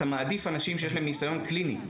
אתה מעדיף אנשים שיש להם ניסיון קליני,